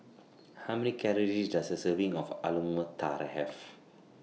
How Many Calories Does A Serving of Alu Matar Have